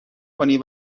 کنی